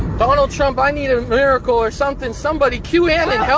donald trump i need a miracle or something, somebody, qanon